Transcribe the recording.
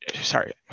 sorry